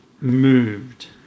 moved